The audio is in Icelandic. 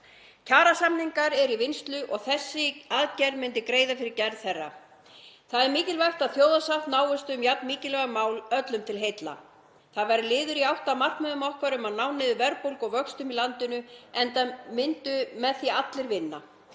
Kjarasamningar eru í vinnslu og þessi aðgerð myndi greiða fyrir gerð þeirra. Það er mikilvægt að þjóðarsátt náist um jafn mikilvægt mál, öllum til heilla. Það væri liður í átt að markmiðum okkar um að ná niður verðbólgu og vöxtum í landinu enda myndu allir vinna